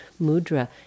mudra